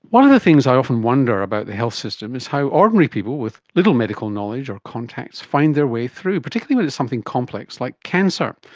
one of the things i often wonder about the health system is how ordinary people with little medical knowledge or contacts find their way through, particularly when it's something complex like cancer.